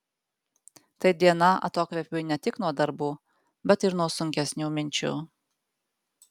tai diena atokvėpiui ne tik nuo darbų bet ir nuo sunkesnių minčių